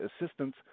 assistance